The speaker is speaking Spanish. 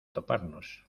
toparnos